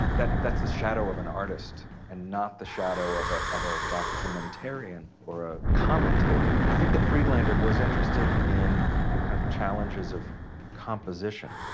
that, that's the shadow of an artist and not the shadow of a, of a documentarian or a commentator. i think that friedlander was interested in the kind of challenges of composition.